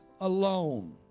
alone